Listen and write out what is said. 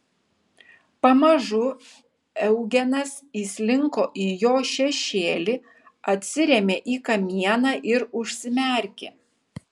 pamažu eugenas įslinko į jo šešėlį atsirėmė į kamieną ir užsimerkė